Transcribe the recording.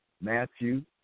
Matthew